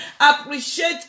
Appreciate